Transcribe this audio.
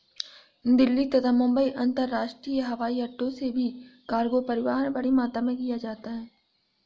दिल्ली तथा मुंबई अंतरराष्ट्रीय हवाईअड्डो से भी कार्गो परिवहन बड़ी मात्रा में किया जाता है